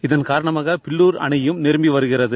இதன் காரணமாக பில்லார் அணையும் நிரம்பு வருகிறது